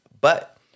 but-